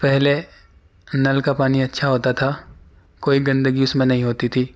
پہلے نل کا پانی اچھا ہوتا تھا کوئی گندگی اس میں نہیں ہوتی تھی